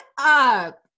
up